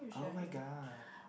[oh]-my-god